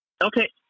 okay